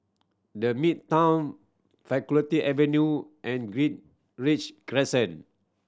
The Midtown Faculty Avenue and Greenridge Crescent